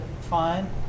fine